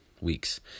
weeks